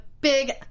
big